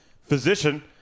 physician